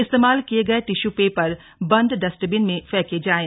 इस्तेमाल किए गए टिश्यू पेपर बंद डस्टबिन में फेंके जाएं